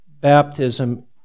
baptism